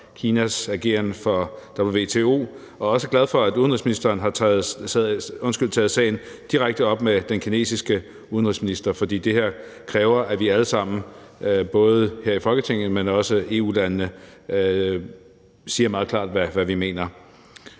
Kinas ageren for WTO, og også glade for, at udenrigsministeren har taget sagen op direkte med den kinesiske udenrigsminister, fordi det her kræver, at vi alle sammen, både her i Folketinget, men også i EU-landene, siger meget klart, hvad vi mener.